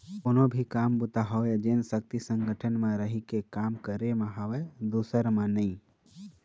कोनो भी काम बूता होवय जेन सक्ति संगठन म रहिके काम करे म हवय दूसर म नइ